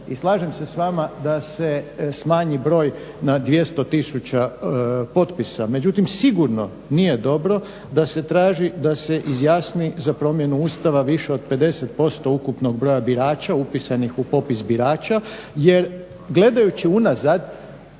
i slažem se s vama da se smanji broj na 200000 potpisa. Međutim, sigurno nije dobro da se traži da se izjasni za promjenu Ustava više od 50% ukupnog broja birača upisanih u popis birača. Jer gledajući unazad